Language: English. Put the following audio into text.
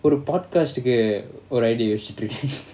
ஒரு:oru podcast குஒரு:ku oru